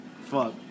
Fuck